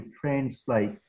translate